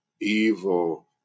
evil